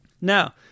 Now